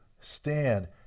stand